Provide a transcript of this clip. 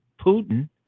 Putin